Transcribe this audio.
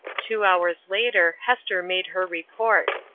two hours later hester made her report.